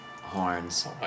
Horns